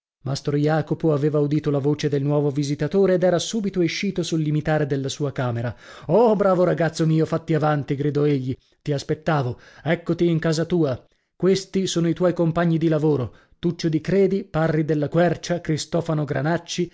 mastro jacopo aveva udito la voce del nuovo visitatore ed era subito escito sul limitare della sua camera oh bravo ragazzo mio fatti avanti gridò egli ti aspettavo eccoti in casa tua questi sono i tuoi compagni di lavoro tuccio di credi parri della quercia cristofano granacci